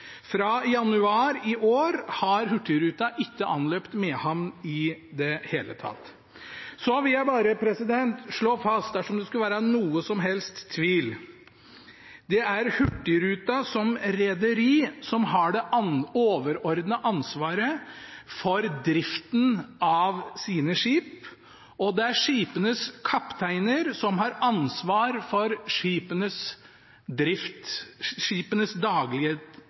Fra januar i år har Hurtigruten ikke anløpt Mehamn i det hele tatt. Så vil jeg bare slå fast, dersom det skulle være noen som helst tvil: Det er Hurtigruten som rederi som har det overordnede ansvaret for driften av sine skip, og det er skipenes kapteiner som har ansvaret for skipenes daglige drift.